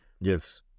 Yes